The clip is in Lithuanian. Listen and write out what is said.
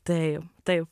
taip taip